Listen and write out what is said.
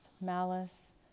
malice